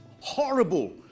Horrible